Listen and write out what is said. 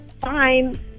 fine